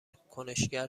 کنشگر